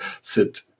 sit